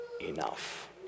enough